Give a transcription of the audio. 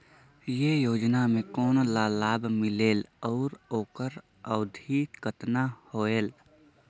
ये योजना मे कोन ला लाभ मिलेल और ओकर अवधी कतना होएल